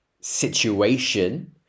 situation